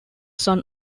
son